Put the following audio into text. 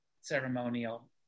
ceremonial